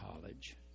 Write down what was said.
college